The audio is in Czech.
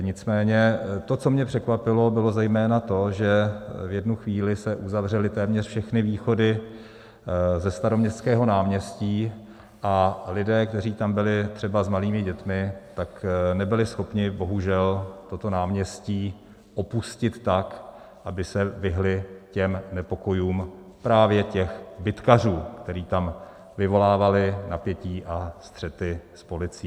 Nicméně to, co mě překvapilo, bylo zejména to, že v jednu chvíli se uzavřely téměř všechny východy ze Staroměstského náměstí a lidé, kteří tam byli třeba s malými dětmi, nebyli schopni, bohužel, toto náměstí opustit tak, aby se vyhnuli těm nepokojům, právě těch bitkařů, kteří tam vyvolávali napětí a střety s policií.